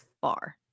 far